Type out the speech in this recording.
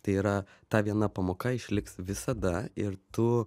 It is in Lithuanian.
tai yra ta viena pamoka išliks visada ir tu